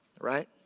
Right